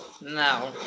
No